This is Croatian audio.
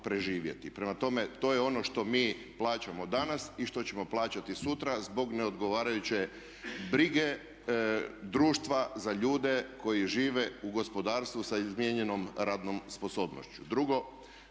Prema tome to je ono što mi plaćamo danas i što ćemo plaćati sutra zbog neodgovarajuće brige društva za ljude koji žive u gospodarstvu sa izmijenjenom radnom sposobnošću.